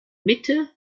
mitte